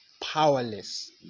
powerless